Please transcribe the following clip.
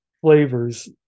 flavors